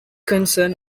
concern